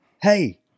hey